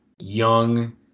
young